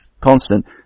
constant